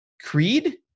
Creed